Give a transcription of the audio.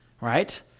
right